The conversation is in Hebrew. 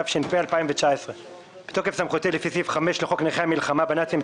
התש"ף -2019 בתוקף סמכותי לפי סעיף 5 לחוק נכי המלחמה בנאצים,